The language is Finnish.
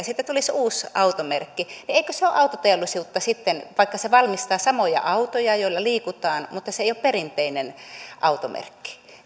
sitten tulisi uusi automerkki niin eikö se ole autoteollisuutta sitten vaikka se valmistaa samoja autoja joilla liikutaan mutta se ei ole perinteinen automerkki